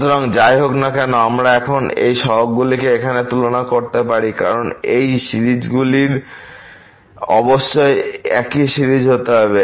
সুতরাং যাই হোক না কেন আমরা এখন এই সহগগুলিকে এখানে তুলনা করতে পারি কারণ এই সিরিজগুলি অবশ্যই একই সিরিজ হতে হবে